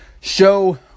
show